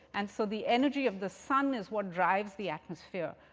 and so the energy of the sun is what drives the atmosphere.